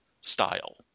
style